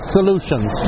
Solutions